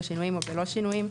בשינויים או בלא שינויים,